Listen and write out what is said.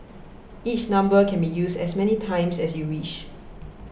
each number can be used as many times as you wish